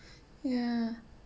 ya